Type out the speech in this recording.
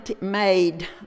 made